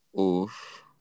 Oof